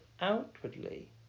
outwardly